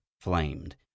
flamed